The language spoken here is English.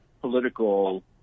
political